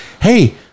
hey